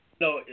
No